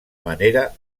manera